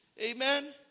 Amen